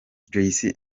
joyce